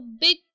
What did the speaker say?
big